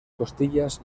costillas